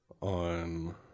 on